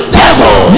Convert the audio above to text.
devil